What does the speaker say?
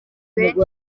benshi